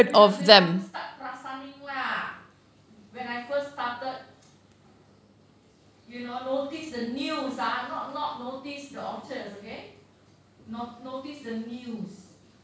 bila bila aku start perasan ni lah when I first started you know noticed the news ah not noticed the orchards okay noticed the news